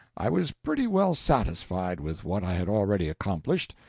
i was pretty well satisfied with what i had already accomplished.